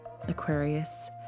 Aquarius